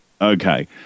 Okay